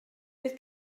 bydd